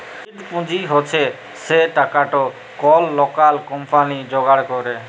seed পুঁজি হছে সে টাকাট কল লকাল কম্পালি যোগাড় ক্যরে